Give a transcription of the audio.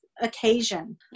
occasion